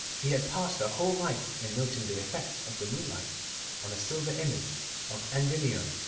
he had passed a whole night in noting the effect of the moonlight on a silver image of endymion.